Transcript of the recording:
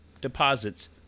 deposits